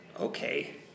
Okay